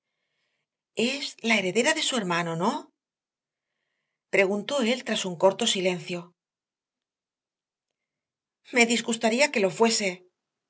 es la heredera de su hermano no preguntó él tras un corto silencio me disgustaría que lo fuese